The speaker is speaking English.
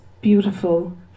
beautiful